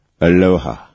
Aloha